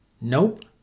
Nope